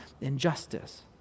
injustice